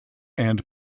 and